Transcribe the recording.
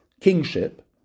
kingship